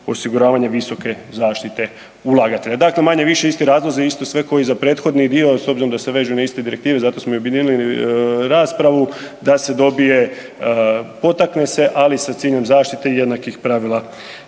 osiguravanje visoke zaštite ulagatelja. Dakle, manje-više isti razlozi, isto sve kao i za prethodni dio s obzirom da se višu na iste direktive, zato smo i objedinili raspravu, da se dobije, potakne se, ali sa ciljem zaštite jednakih pravila